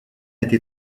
été